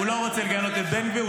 הוא לא רוצה לגנות את בן גביר.